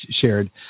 shared